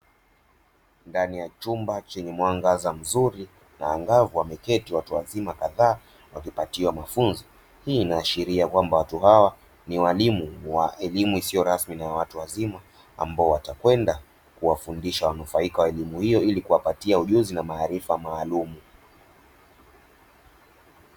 Ndani ya chumba chenye mwangaza mzuri na angavu wameketi watu wazima kadhaa wakipatiwa mafunzo, hii inaashiria kwamba watu hawa ni walimu wa elimu isiyo rasmi na ya watu wazima ambao watakwenda kuwafundisha wanufaika wa elimu hiyo ili kuwapatia ujuzi na maarifa maalumu.